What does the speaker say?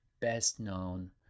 best-known